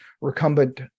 recumbent